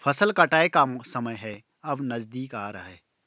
फसल कटाई का समय है अब नजदीक आ रहा है